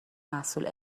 محصول